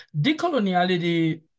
Decoloniality